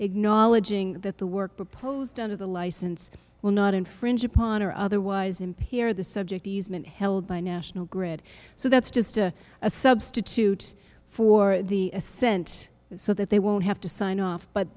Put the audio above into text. acknowledging that the work proposed under the license will not infringe upon or otherwise impair the subject easement held by national grid so that's just a a substitute for the assent so that they won't have to sign off but